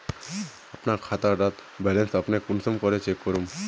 अपना खाता डार बैलेंस अपने कुंसम करे चेक करूम?